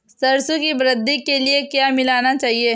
सरसों की वृद्धि के लिए क्या मिलाना चाहिए?